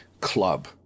club